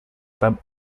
beim